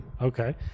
okay